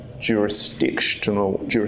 jurisdictional